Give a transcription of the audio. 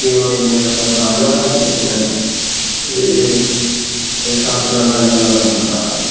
தீவனம் இது மாரி தான் சாப்பிடும் அதனால் அது பிரச்சனை இல்லை இது அது சாப்பிட்டு வளர்ந்தா இன்னும் நல்லா தான் இருக்கும்